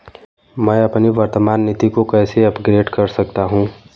मैं अपनी वर्तमान नीति को कैसे अपग्रेड कर सकता हूँ?